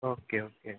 okay okay